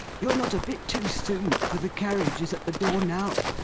you're not a bit too soon for the carriage is at the door now,